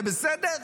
זה בסדר?